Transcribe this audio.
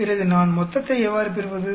பிறகு நான் மொத்தத்தை எவ்வாறு பெறுவது